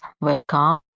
Welcome